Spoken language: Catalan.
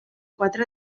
quatre